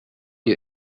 you